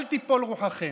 אל תיפול רוחכם.